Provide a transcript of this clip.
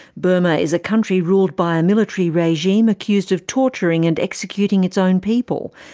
burma is a country ruled by a military regime accused of torturing and executing its own people,